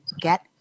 get